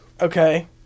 Okay